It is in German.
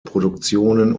produktionen